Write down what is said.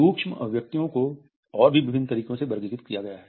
सूक्ष्म अभिव्यक्तियों को और भी विभिन्न तरीकों से वर्गीकृत किया गया है